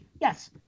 yes